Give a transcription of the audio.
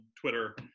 Twitter